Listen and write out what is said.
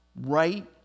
right